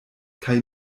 kaj